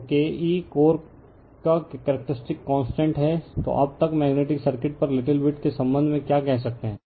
तो अब तक मेग्नेटिक सर्किट पर लिटिल बिट के संबंध में क्या कह सकते है